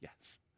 yes